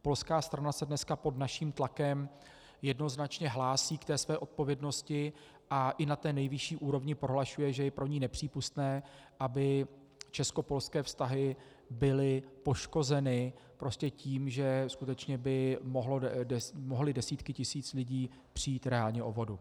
Polská strana se dneska pod naším tlakem jednoznačně hlásí ke své odpovědnosti a i na nejvyšší úrovni prohlašuje, že je pro ni nepřípustné, aby českopolské vztahy byly poškozeny tím, že by mohly desítky tisíc lidí přijít reálně o vodu.